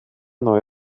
neue